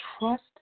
Trust